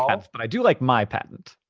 um but i do like my patent.